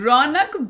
Ronak